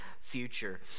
future